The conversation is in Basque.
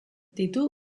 ditu